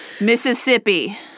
Mississippi